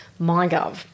MyGov